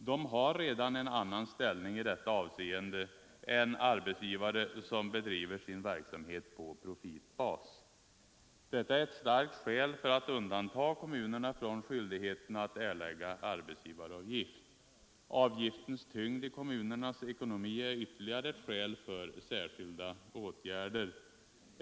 De har redan en annan ställning i detta avseende än arbetsgivare som bedriver sin verksamhet på profitbas. Detta är ett starkt skäl för att undanta kommunerna från skyldigheten att erlägga arbetsgivaravgift. Avgiftens tyngd i kommunernas ekonomi är ytterligare ett skäl för särskilda åtgärder.